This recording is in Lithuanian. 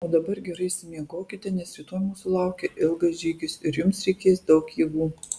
o dabar gerai išsimiegokite nes rytoj mūsų laukia ilgas žygis ir jums reikės daug jėgų